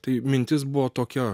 tai mintis buvo tokia